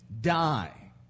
die